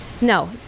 no